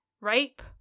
rape